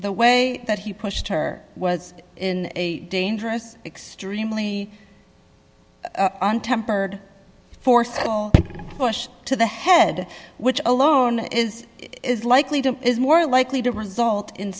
the way that he pushed her was in a dangerous extremely untempered force push to the head which alone is is likely to is more likely to result in